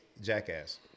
jackass